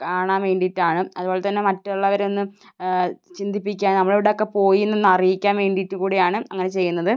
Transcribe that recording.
കാണാൻ വേണ്ടിയിട്ടാണ് അതുപോലെത്തന്നെ മറ്റുള്ളവരൊന്ന് ചിന്തിപ്പിക്കാൻ നമ്മളവിടെയൊക്കെ പോയിയെന്നൊന്നറിയിക്കാൻ വേണ്ടിയിട്ട് കൂടിയാണ് അങ്ങനെ ചെയ്യുന്നത്